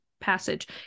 passage